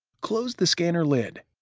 close the scanner lid.